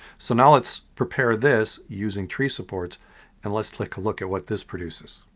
so now let's prepare this using tree supports and let's take a look at what this produces.